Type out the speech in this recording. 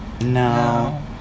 no